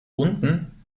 unten